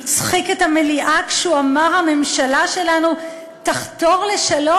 הצחיק את המליאה כשהוא אמר: הממשלה שלנו תחתור לשלום.